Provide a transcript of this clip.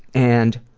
and